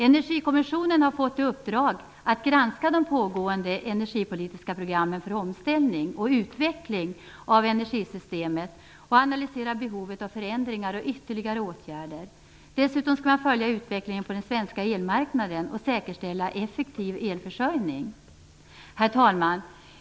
Energikommissionen har fått i uppdrag att granska de pågående energipolitiska programmen för omställning och utveckling av energisystemet och analysera behovet av förändringar och ytterligare åtgärder. Dessutom skall man följa utvecklingen på den svenska elmärknaden och säkerställa effektiv elförsörjning. Herr talman!